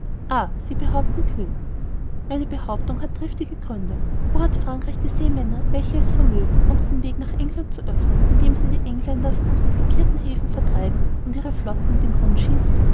sie behaupten kühn meine behauptung hat triftige gründe wo hat frankreich die seemänner welche es vermögen uns den weg nach england zu öffnen indem sie die engländer von unsern blockirten häfen vertreiben und ihre flotten in den grund schießen